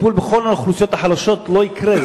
טיפול בכל האוכלוסיות החלשות לא יקרה,